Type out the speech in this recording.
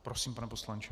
Prosím, pane poslanče.